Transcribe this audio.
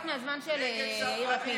יושבים כאן, אני לוקחת קצת מהזמן של יאיר לפיד.